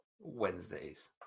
Wednesdays